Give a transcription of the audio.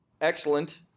excellent